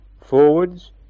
Forwards